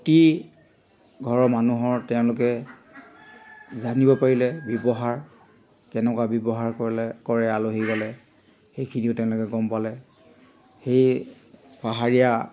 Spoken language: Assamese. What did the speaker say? প্ৰতি ঘৰৰ মানুহৰ তেওঁলোকে জানিব পাৰিলে ব্যৱহাৰ কেনেকুৱা ব্যৱহাৰ কৰিলে কৰে আলহী গ'লে সেইখিনিও তেওঁলোকে গ'ম পালে সেই পাহাৰীয়া